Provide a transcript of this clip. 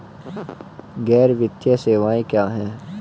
गैर वित्तीय सेवाएं क्या हैं?